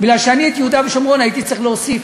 מכיוון שאני את יהודה ושומרון הייתי צריך להוסיף.